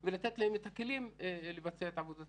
לתת להם את הכלים לבצע את עבודתם.